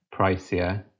pricier